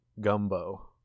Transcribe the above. gumbo